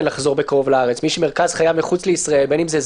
בפסקה (17) המובאת בה - (1)בפסקת משנה (א) - (א)ברישה,